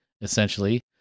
essentially